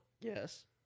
Yes